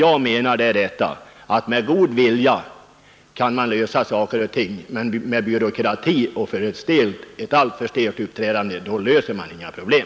Jag menar att man med god vilja kan ordna saker och ting, men med byråkrati och med ett alltför stelt uppträdande löser man inga problem.